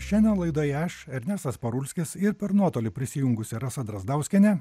šiandien laidoje aš ernestas parulskis ir per nuotolį prisijungusi rasa drazdauskienė